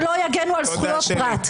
שלא יגנו על זכויות פרט?